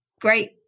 great